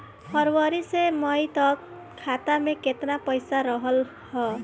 फरवरी से मई तक खाता में केतना पईसा रहल ह?